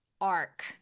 arc